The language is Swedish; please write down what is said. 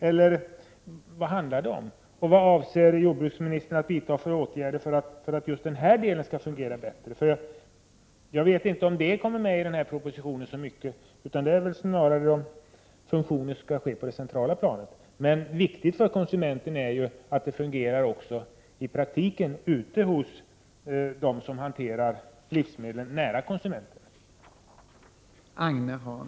Vilka åtgärder avser jordbruksministern vidta för att just denna del skall fungera bättre? Jag vet inte om detta kommer att beröras så mycket i den proposition jordbruksministern talar om. Där kommer man väl snarare att ta upp om funktionen skall ligga på det centrala planet. Det viktiga för konsumenten är att livsmedelskontrollen fungerar i praktiken, ute hos dem som hanterar livsmedel nära konsumenten.